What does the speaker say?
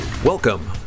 Welcome